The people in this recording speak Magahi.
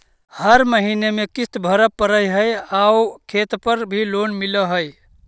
हर महीने में किस्त भरेपरहै आउ खेत पर भी लोन मिल है?